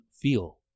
feel